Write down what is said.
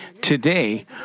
Today